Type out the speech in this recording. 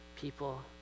people